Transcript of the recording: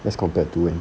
as compared to